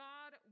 God